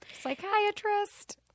psychiatrist